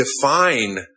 define